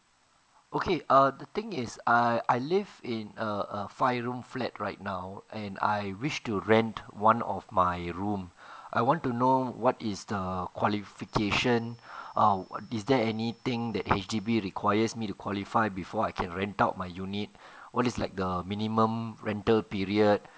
okay uh the thing is I I live in a a five room flat right now and I wish to rent one of my room I want to know what is the qualification err is there any thing that H_D_B requires me to qualify before I can rent out my unit what is like the minimum rental period